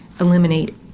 eliminate